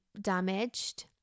damaged